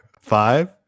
Five